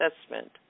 assessment